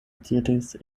diris